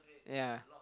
yea